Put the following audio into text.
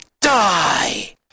die